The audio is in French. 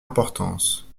importance